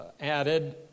added